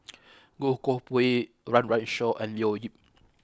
Goh Koh Pui Run Run Shaw and Leo Yip